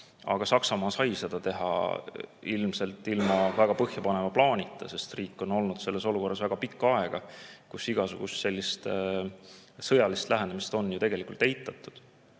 Aga Saksamaa sai seda teha ilmselt ilma väga põhjapaneva plaanita, sest riik on olnud selles olukorras väga pikka aega, kus igasugust sõjalist lähenemist on ju tegelikult eitatud.